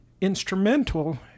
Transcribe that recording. instrumental